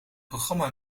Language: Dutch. programma